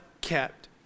kept